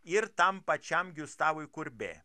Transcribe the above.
ir tam pačiam giustavui kurbė